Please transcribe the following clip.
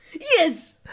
Yes